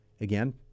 Again